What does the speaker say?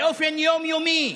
באופן יומיומי: